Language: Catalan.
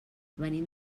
venim